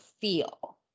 feel